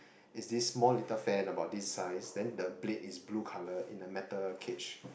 is this small little fan about this size then the blade is blue colour in the metal cage